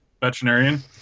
Veterinarian